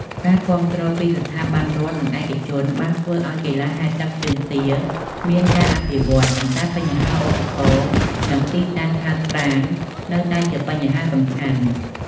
ការគាំទ្រពីស្ថាប័នរដ្ឋ និងឯកជនបានធ្វើឲ្យកីឡាហែលទឹកជើងទាមានការអភិវឌ្ឍ ប៉ុន្តែបញ្ហាឧបករណ៍ និងទីតាំងហាត់ប្រាណនៅតែជាបញ្ហាសំខាន់។